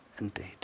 indeed